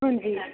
ਹਾਂਜੀ